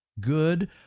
good